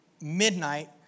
midnight